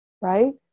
right